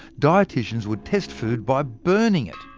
dietitians would test food by burning it.